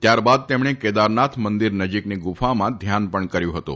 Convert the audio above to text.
ત્યારબાદ તેમણે કેદારનાથ મંદિર નજીકની ગુફામા ધ્યાન પણ કર્યું હતું